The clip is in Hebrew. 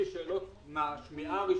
אני